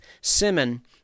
Simon